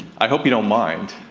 i hope you don't mind,